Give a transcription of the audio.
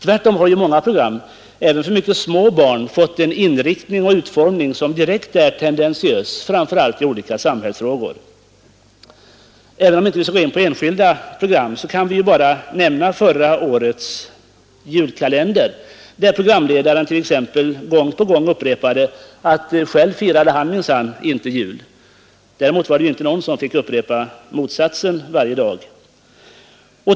Tvärtom har ju många program, även för mycket små barn, fått en inriktning och utformning som är direkt tendentiös, framför allt i olika samhällsfrågor. Även om vi inte skall gå in på enskilda program kan vi ändå som ett exempel nämna förra årets julkalender, där programledaren t.ex. gång på gång upprepade att själv ”firade han minsann inte jul”. Däremot fanns det ingen som fick upprepa motsatsen varje dag.